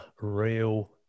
real